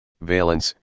Valence